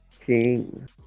King